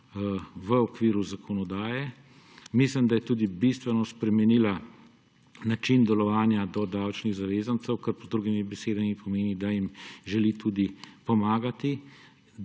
v okviru zakonodaje. Mislim, da je tudi bistveno spremenila način delovanja do davčnih zavezancev, kar z drugimi besedami pomeni, da jim želi tudi pomagati,